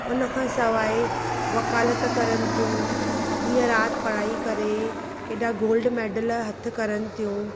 उनखां सवाइ वकालत करनि थियूं ॾींहं राति पढ़ाई करे केॾा गोल्ड मेडल हथ करनि थियूं